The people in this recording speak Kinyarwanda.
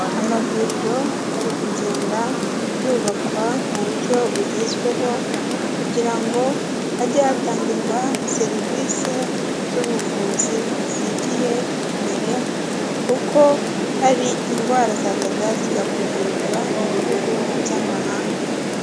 Amavuriro ari kugenda yubakwa mu buryo bugezweho, kugira ngo hajye hatangirwa serivise z'ubuvuzi zigiye imbere, kuko hari indwara zajyaga zijya kuvurirwa mu bihugu by'amahanga.